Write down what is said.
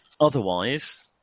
otherwise